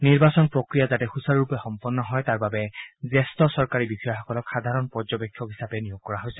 নিৰ্বাচন প্ৰক্ৰিয়া যাতে সুচাৰুৰূপে সম্পন্ন হয় তাৰ বাবে জ্যেষ্ঠ চৰকাৰী বিষয়াসকলক সাধাৰণ পৰ্যবেক্ষক হিচাপে নিয়াগ কৰা হৈছে